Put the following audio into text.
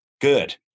good